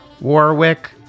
Warwick